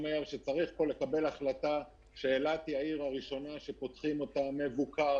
צריך לקבל החלטה שאילת היא העיר הראשונה שפותחים אותה באופן מבוקר